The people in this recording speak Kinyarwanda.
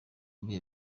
ibihe